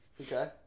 Okay